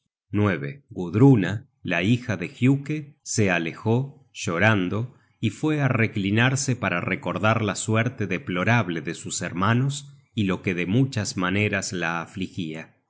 tus hijos gudruna la hija de giuke se alejó llorando y fue á reclinarse para recordar la suerte deplorable de sus hermanos y lo que de muchas maneras la afligia